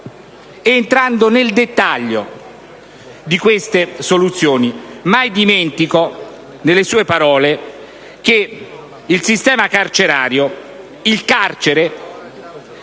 entrando nel dettaglio di tali soluzioni, mai dimentico nelle sue parole che il sistema carcerario deve